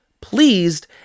pleased